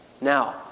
Now